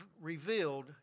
revealed